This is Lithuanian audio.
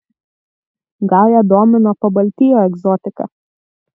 gal ją domino pabaltijo egzotika